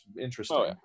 interesting